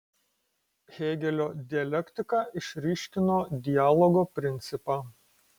hėgelio dialektika išryškino dialogo principą